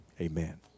Amen